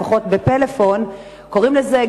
לפחות ב"פלאפון" קוראים לזה,